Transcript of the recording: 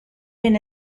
been